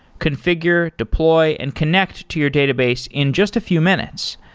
configure, deploy and connect to your database in just a few minutes.